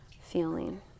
feeling